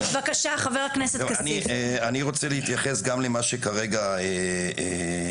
אני רוצה להתייחס גם למה שכרגע הועלה,